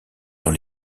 dans